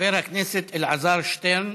חבר הכנסת אלעזר שטרן